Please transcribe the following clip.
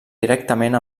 directament